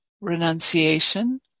renunciation